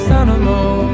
animal